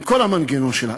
עם כל המנגנון שלה.